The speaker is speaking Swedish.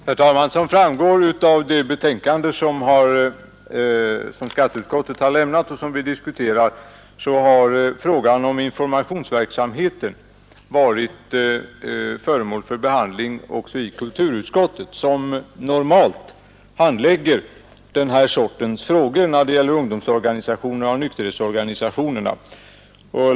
Herr talman! Som framgår av skatteutskottets förevarande betänkande har frågan om informationsverksamheten behandlats också i kulturutskottet, som normalt handlägger sådana frågor när det gäller ungdomsorganisationerna och nykterhetsorganisationerna.